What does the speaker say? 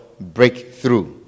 breakthrough